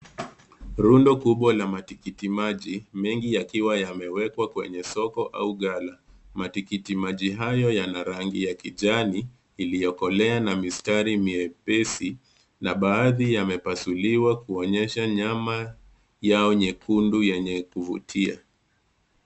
Rundo kubwa la matikiti maji mengi yakiwa yamewekwa kwenye soko au gala. Matikiti hayo yana rangi ya kijani iliyo kolea na mistari miepesi na baadhi yamepasuliwa kuonyesha nyama yao nyekundu yenye kuvutia.